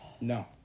No